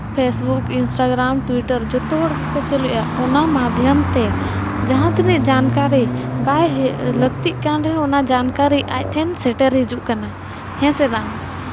Facebook Instagram ᱡᱚᱛᱚ ᱦᱚᱲ ᱜᱮᱠᱚ ᱪᱟᱹᱞᱩᱭᱮᱫᱼᱟ ᱚᱱᱟ ᱢᱟᱫᱽᱫᱷᱚᱢ ᱛᱮ ᱡᱟᱦᱟᱸ ᱛᱤᱱᱟᱹᱜ ᱡᱟᱱᱠᱟᱹᱨᱤ ᱵᱟᱭ ᱦᱩᱭᱩᱜ ᱞᱟᱹᱠᱛᱤ ᱠᱟᱱ ᱨᱮᱦᱚᱸ ᱚᱱᱟ ᱟᱡ ᱴᱷᱮᱱ ᱥᱮᱴᱮᱨ ᱦᱤᱡᱩᱜ ᱠᱟᱱᱟ ᱦᱮᱸ ᱥᱮ ᱵᱟᱝ